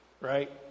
Right